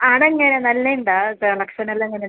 അവിടെ എങ്ങനെ നല്ല ഉണ്ടോ സെലക്ഷൻ എല്ലാം എങ്ങനെ